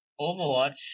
Overwatch